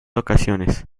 ocasiones